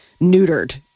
neutered